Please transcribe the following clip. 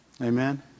Amen